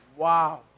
Wow